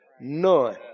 None